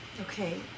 Okay